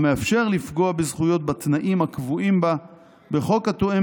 המאפשר לפגוע בזכויות בתנאים הקבועים בה בחוק התואם